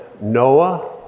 Noah